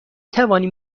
توانیم